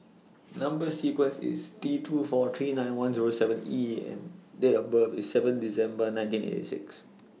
Number sequence IS T two four three nine one Zero seven E and Date of birth IS seven December nineteen eighty six